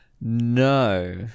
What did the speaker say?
no